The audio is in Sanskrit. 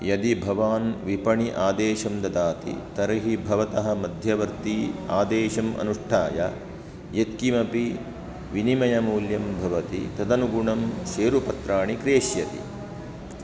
यदि भवान् विपणि आदेशं ददाति तर्हि भवतः मध्यवर्ती आदेशम् अनुष्ठाय यत्किमपि विनिमयमूल्यं भवति तदनुगुणं शेरुपत्राणि क्रेष्यति